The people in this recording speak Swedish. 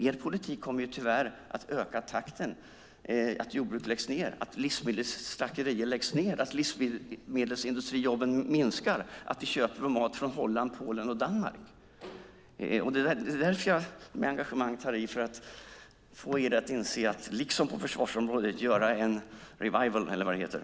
Er politik kommer tyvärr att öka takten med vilken jordbruk och slakterier läggs ned och livsmedelsindustrijobben minskar. Vi köper vår mat från Holland, Polen och Danmark i stället. Det är därför jag med engagemang tar i för att få er att inse att vi liksom på försvarsområdet borde göra en revival.